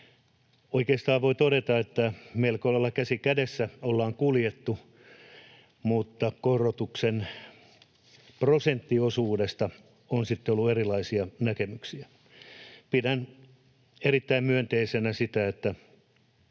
Oikeastaan voi todeta, että melko lailla käsi kädessä ollaan kuljettu, mutta korotuksen prosenttiosuudesta on sitten ollut erilaisia näkemyksiä. Pidän erittäin myönteisenä sitä, että